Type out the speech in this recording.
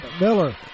Miller